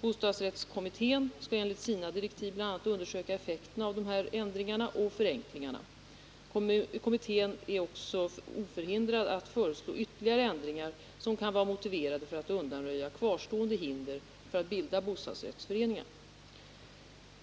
Bostadsrättskommittén skall enligt sina direktiv bl.a. undersöka effekterna av dessa ändringar och förenklingar. Kommittén är därvid oförhindrad att föreslå ytterligare ändringar som kan vara motiverade för att undanröja kvarstående hinder för att bilda bostadsrättsföreningar.